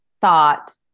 thought